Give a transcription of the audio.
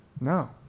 No